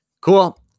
Cool